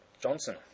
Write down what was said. Johnson